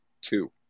two